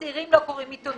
הצעירים לא קוראים עיתונים.